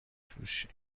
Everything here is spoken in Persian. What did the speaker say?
فروشی